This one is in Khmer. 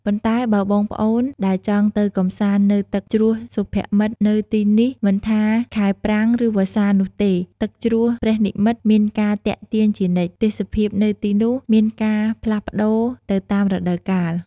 ប៉ុន្តែបើបងប្អូនដែលចង់ទៅកម្សាន្តនៅទឹកជ្រោះសុភមិត្តនៅទីនេះ មិនថាខែប្រាំង ឬវស្សានោះទេ ទឹកជ្រោះព្រះនិម្មិតមានការទាក់ទាញជានិច្ច ទេសភាពនៅទីនោះមានការផ្លាស់ប្តូរទៅតាមរដូវកាល ។